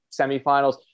semifinals